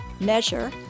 measure